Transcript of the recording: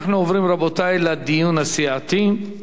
אנחנו עוברים, רבותי, לדיון הסיעתי.